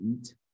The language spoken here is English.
eat